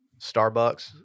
Starbucks